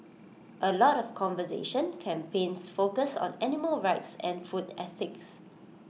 A lot of conservation campaigns focus on animal rights and food ethics